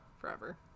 forever